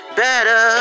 better